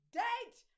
date